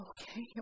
okay